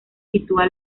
sitúa